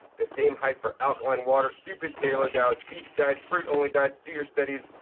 the same hype for alkaline water, stupid paleo diets, beach diets, fruits only diets. do your studies,